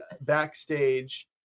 backstage